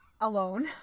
Alone